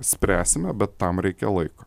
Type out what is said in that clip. spręsime bet tam reikia laiko